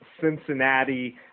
Cincinnati